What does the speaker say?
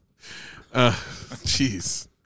Jeez